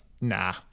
nah